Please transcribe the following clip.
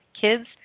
Kids